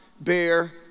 bear